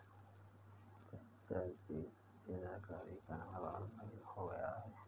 चाचाजी, सभी सरकारी काम अब ऑनलाइन हो गया है